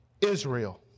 Israel